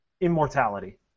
immortality